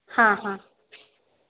हां हां